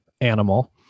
animal